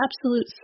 absolute